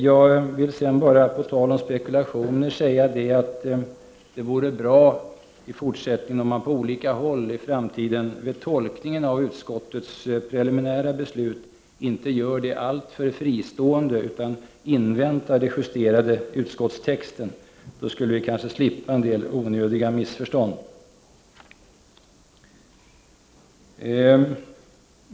Jag vill bara, på tal om spekulationer, säga att det vore bra om man i framtiden på olika håll inte tolkar utskottets preliminära beslut alltför fristående, utan inväntar den justerade utskottstexten. Då skulle vi kanske slippa en del onödiga missförstånd.